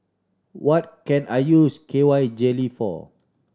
what can I use K Y Jelly for